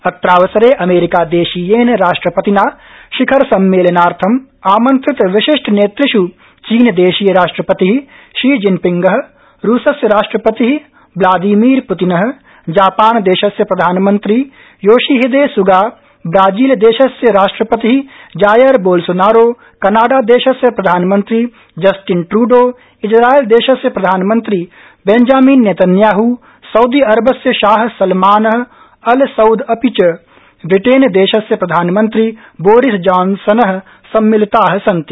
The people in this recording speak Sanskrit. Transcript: अत्रावसरे अमेरिकादेशीयेन राष्ट्रपतिना शिखर सम्मेलनार्थ आमन्त्रित विशिष्टनेतृष् चीनदेशीय राष्ट्रपति शी जिनपिंग रूसस्य राष्ट्रपति व्लादिमीर प्तिन जापानदेशस्य प्रधानमन्त्री योशिहिदे सुगा ब्राजील देशस्य राष्ट्रपति जायर बोल्सोनारो कनाडादेशस्य प्रधानमन्त्री जस्टिन ड्रूडो इजरायलदेशस्य प्रधानमंत्री बंजामिन नेतन्याह साउदी अरबस्य शाह सलमान अल सउद अपि च ब्रिटेन देशस्य प्रधानमन्त्री बोरिस जानसन सम्मिलिता सन्ति